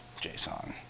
JSON